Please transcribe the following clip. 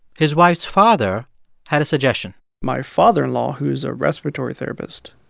his wife's father had a suggestion my father-in-law, who is a respiratory therapist,